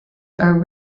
are